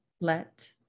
let